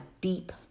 deep